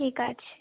ঠিক আছে